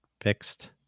fixed